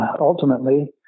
ultimately